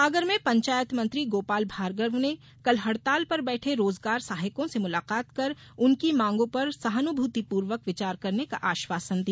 सागर में पंचायत मंत्री गोपाल भार्गव ने कल हड़ताल पर बैठे रोजगार सहायकों से मुलाकात कर उनकी मांगों पर सहानुभूतिपूर्वक विचार करने का आश्वासन दिया